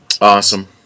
Awesome